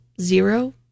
Zero